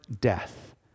death